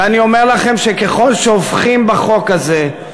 ואני אומר לכם, שככל שהופכים בחוק הזה,